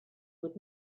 would